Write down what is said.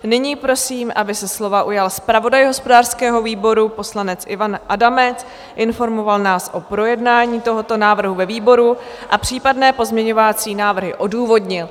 Nyní prosím, aby se slova ujal zpravodaj hospodářského výboru poslanec Ivan Adamec, informoval nás o projednání tohoto návrhu ve výboru a případné pozměňovací návrhy odůvodnil.